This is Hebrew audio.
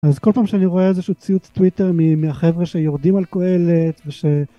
אז כל פעם שאני רואה איזשהו ציוץ טוויטר מהחבר'ה שיורדים על קהלת וש...